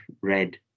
red